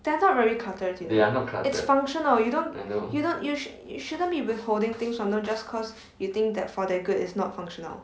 they are not very cluttered you know it's functional or you don't you don't you shouldn't be withholding things from them just because you think that for their good is not functional